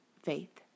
faith